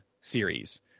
series